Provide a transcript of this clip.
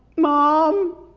mom